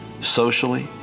socially